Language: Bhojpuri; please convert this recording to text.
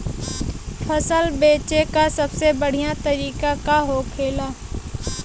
फसल बेचे का सबसे बढ़ियां तरीका का होखेला?